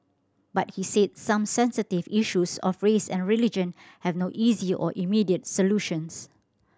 but he said some sensitive issues of race and religion have no easy or immediate solutions